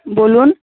বলুন